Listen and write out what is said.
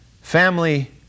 Family